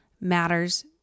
matters